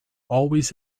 always